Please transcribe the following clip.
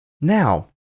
Now